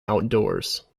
outdoors